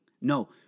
No